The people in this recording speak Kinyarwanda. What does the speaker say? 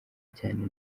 cyane